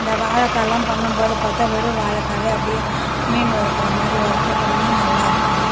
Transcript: இந்த வாழைக்காலாம் பண்ணும்போது பார்த்தா வெறும் வாழைக்காவே அப்படியே மீன் வறுக்கிற மாதிரி வறுத்துட்டோம்னால் நல்லாயிருக்கும்